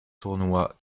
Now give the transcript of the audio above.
tournoi